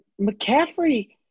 McCaffrey